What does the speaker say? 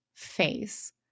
face